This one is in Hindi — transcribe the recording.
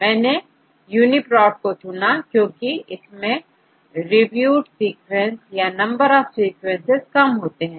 मैंनेUniProtको चुना क्योंकि इसमें रिव्यूड सीक्वेंसेस या नंबर ऑफ सीक्वेंसेस कम होते हैं